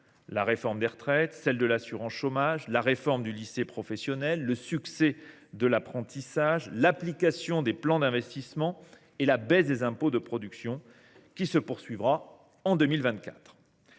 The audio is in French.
la réforme des retraites, celle de l’assurance chômage, la réforme du lycée professionnel, le succès de l’apprentissage, l’application des plans d’investissement et la baisse des impôts de production, qui se poursuivra en 2024.